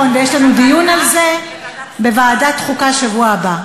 נכון, ויש לנו דיון על זה בוועדת החוקה בשבוע הבא.